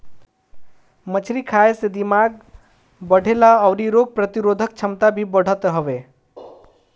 मछरी खाए से दिमाग बढ़ेला अउरी रोग प्रतिरोधक छमता भी बढ़त हवे